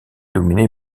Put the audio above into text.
dominé